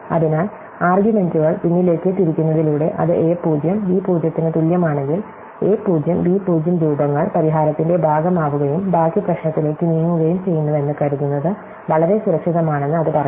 അതിനാൽ ആർഗ്യുമെൻറുകൾ പിന്നിലേക്ക് തിരിക്കുന്നതിലൂടെ അത് a 0 ബി 0 ന് തുല്യമാണെങ്കിൽ a 0 ബി 0 രൂപങ്ങൾ പരിഹാരത്തിന്റെ ഭാഗമാവുകയും ബാക്കി പ്രശ്നത്തിലേക്ക് നീങ്ങുകയും ചെയ്യുന്നുവെന്ന് കരുതുന്നത് വളരെ സുരക്ഷിതമാണെന്ന് അത് പറയുന്നു